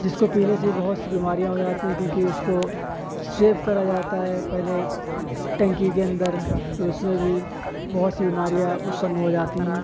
جس کو پینے سے ہی بہت سی بیماریاں ہو جاتی ہیں کیوں کہ اس کو سیو کرا جاتا ہے پہلے ٹنکی کے اندر پھر اس میں بھی بہت سی بیماریاں اتپن ہو جاتی ہیں